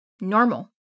normal